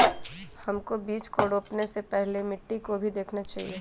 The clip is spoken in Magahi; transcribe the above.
हमको बीज को रोपने से पहले मिट्टी को भी देखना चाहिए?